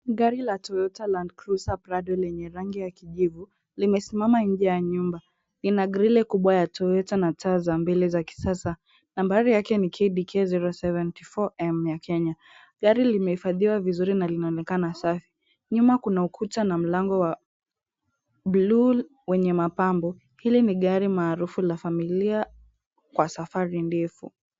Gari la Toyota Landcruiser Prado lenye rangi ya kijivu, limesimama nje ya nyumba, lina grili kubwa ya Toyota na taa za mbele za kisasa, nambari yake ni KBK 074M ya Kenya, gari limehifadhiwa vizuri na linaonekana safi, nyuma kuna ukuta na mlango wa bluu wenye mapambo, hili ni gari maarufu la familia kwa safari ndefu.